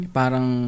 parang